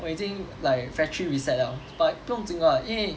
我已经 like factory reset liao but 不用紧 [what] 因为